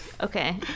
Okay